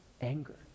anger